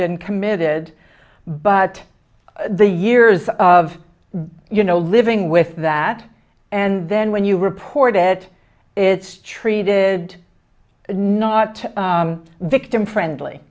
been committed but the years of you know living with that and then when you report it it's treated not victim friendly